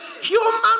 Human